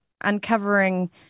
uncovering